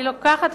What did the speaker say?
אני לוקחת,